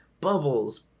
Bubbles